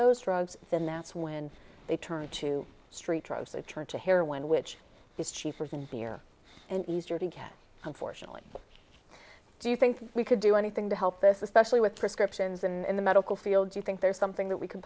those drugs then that's when they turn to street drugs they turn to heroin which is cheaper than beer and easier to get unfortunately do you think we could do anything to help this especially with prescriptions in the medical field you think there's something that we could